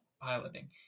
piloting